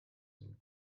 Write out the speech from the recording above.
and